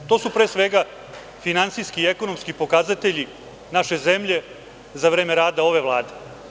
Pre svega, to su finansijski i ekonomski pokazatelji naše zemlje za vreme rada ove Vlade.